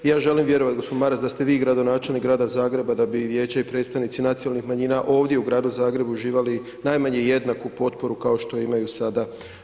Ja želim vjerovat g. Maras da ste vi gradonačelnik Grada Zagreba da bi vijeće i predstavnici nacionalnih manjina ovdje u Gradu Zagrebu uživali najmanje jednaku potporu kao što imaju sada.